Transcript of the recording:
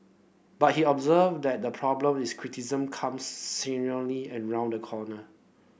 but he observed that the problem is criticism comes and round the corner